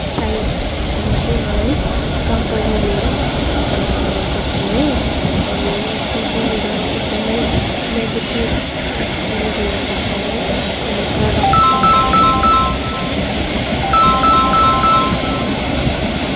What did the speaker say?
size ठुलो चाहिँ मलाई कम्पनीले मलाई दिएको थियो अनि त्यो चाहिँ मेरो एकदमै नेगेटिभ एक्सपिरियन्स थियो अनि प्रडक्ट पनि एकदमै नराम्रो थियो हो अनि त्यो चाहिँ मेरो एकदमै ब्याड